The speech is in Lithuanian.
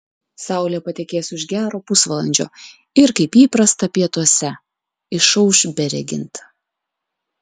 saulė patekės už gero pusvalandžio ir kaip įprasta pietuose išauš beregint